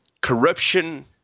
corruption